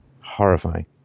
horrifying